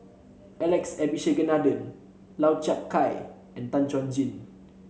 Alex Abisheganaden Lau Chiap Khai and Tan Chuan Jin